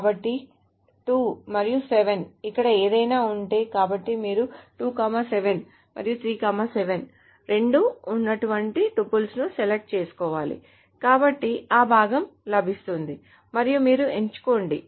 కాబట్టి 2 మరియు 7 ఇక్కడ ఏదైనా ఉంటే కాబట్టి మీరు 2 7 మరియు 3 7 రెండూ ఉన్నటువంటి టుపుల్స్ ను సెలెక్ట్ చేసుకోవాలి కాబట్టి ఆ భాగం లభిస్తుంది మరియు మీరు ఎంచుకోండి